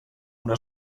una